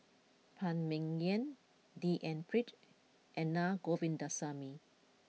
Phan Ming Yen D N Pritt and Na Govindasamy